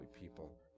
people